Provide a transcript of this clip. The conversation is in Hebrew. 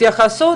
התייחסות.